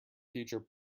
future